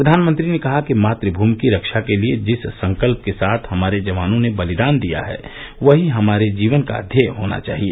प्रधानमंत्री ने कहा कि मातभूमि की रक्षा के लिए जिस संकल्प के साथ हमारे जवानों ने बलिदान दिया है वही हमारे जीवन का ध्येय होना चाहिए